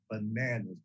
bananas